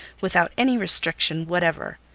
without any restriction whatever.